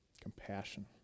Compassion